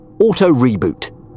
Auto-reboot